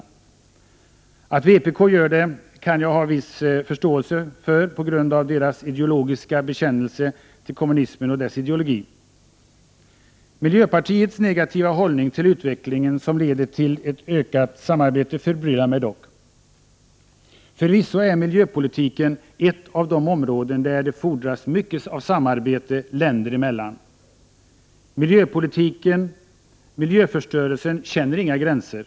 Att vpk gör det kan jag ha viss förståelse för på grund av partiets ideologiska bekännelse till kommunismen och dess ideologi. Miljöpartiets negativa hållning till den utveckling som leder till ökat samarbete förbryllar mig dock. Förvisso är miljöpolitiken ett av de områden där det fordras mycket samarbete länder emellan. Miljöpolitiken och miljöförstörelsen känner inga gränser.